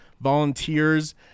volunteers